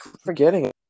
forgetting